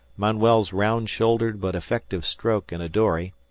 manuel's round-shouldered but effective stroke in a dory,